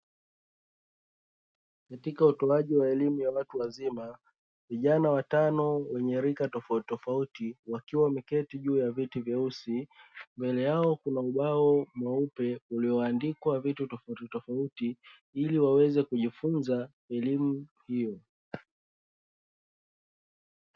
Katika utoaji wa elimu ya watu wazima, vijana watano wenye rika tofautitofauti wakiwa wameketi juu ya viti vyeusi, mbele yao kuna ubao mweupe ulioandikwa vitu tofautitofauti ili waweze kujifunza elimu hiyo.